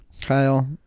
kyle